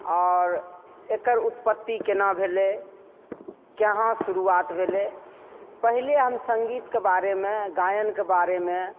आओर एकर उत्पत्ति केना भेलय कहाँ शुरुआत भेलय पहिले हम संगीतके बारेमे गायनके बारेमे